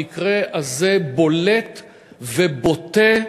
המקרה הזה בולט ובוטה.